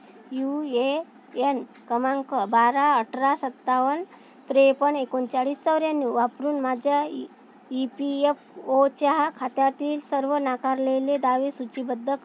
you A N क्रमांक बारा अठरा सत्तावन्न त्रेपन्न एकोणचाळीस चौऱ्याण्णव वापरून माझ्या ई ई पी एफ ओच्या खात्यातील सर्व नाकारलेले दावे सूचीबद्ध करा